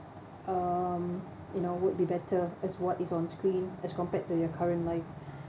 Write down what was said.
um you know would be better as what is on screen as compared to your current life